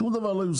שום דבר לא יושם.